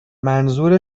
منظور